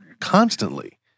constantly